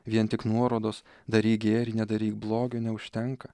vien tik nuorodos daryk gėrį nedaryk blogio neužtenka